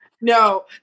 no